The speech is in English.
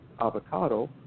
avocado